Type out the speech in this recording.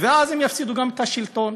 ואז הם יפסידו גם את השלטון.